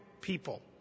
people